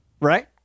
Right